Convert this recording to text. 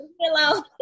Hello